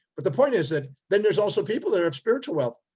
but the point is that then there's also people that have spiritual wealth.